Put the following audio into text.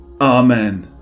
Amen